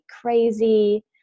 crazy